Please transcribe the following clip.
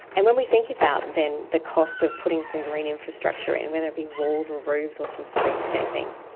and when we think about and then the cost of putting some green infrastructure in, whether it be walls or roofs or some streets scaping,